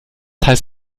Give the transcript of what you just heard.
heißt